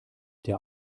der